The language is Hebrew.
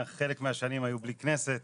חלק מהשנים היו בכנסת